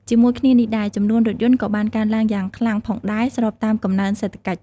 ជាមួយគ្នានេះដែរ ចំនួនរថយន្តក៏បានកើនឡើងយ៉ាងខ្លាំងផងដែរស្របតាមកំណើនសេដ្ឋកិច្ច។